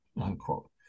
unquote